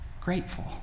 grateful